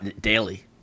Daily